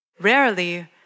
Rarely